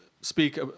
speak